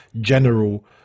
general